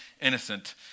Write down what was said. innocent